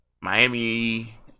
Miami